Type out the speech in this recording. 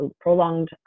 prolonged